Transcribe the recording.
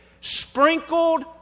sprinkled